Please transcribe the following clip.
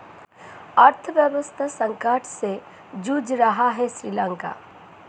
अर्थव्यवस्था संकट से जूझ रहा हैं श्रीलंका